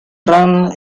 ran